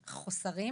חוסרים,